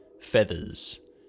feathers